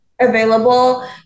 available